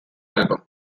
album